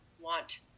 want